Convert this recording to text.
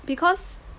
because